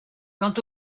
quant